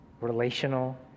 relational